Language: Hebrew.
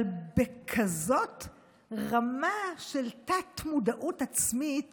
אבל בכזאת רמה של תת-מודעות עצמית